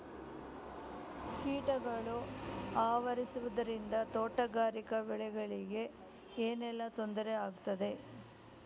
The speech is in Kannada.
ಕೀಟಗಳು ಆವರಿಸುದರಿಂದ ತೋಟಗಾರಿಕಾ ಬೆಳೆಗಳಿಗೆ ಏನೆಲ್ಲಾ ತೊಂದರೆ ಆಗ್ತದೆ?